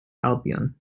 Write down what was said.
albion